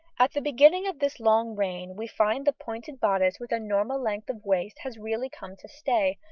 at the beginning of this long reign we find the pointed bodice with a normal length of waist has really come to stay,